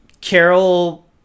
Carol